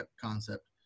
concept